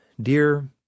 Dear